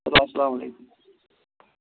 چلو اَسلامُ علیکُم